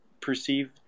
perceive